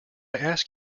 ask